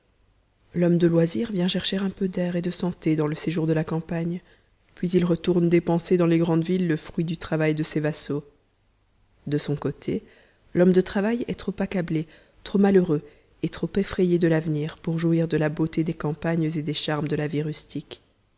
l'homme de loisir vient chercher un peu d'air et de santé dans le séjour de la campagne puis il retourne dépenser dans les grandes villes le fruit du travail de ses vassaux de son côté l'homme de travail est trop accablé trop malheureux et trop effrayé de l'avenir pour jouir de la beauté des campagnes et des charmes de la vie rustique